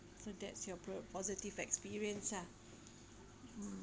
so that's your pre~ positive experience ah mm